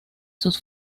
sus